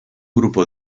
grupo